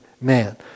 man